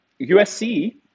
USC